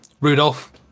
rudolph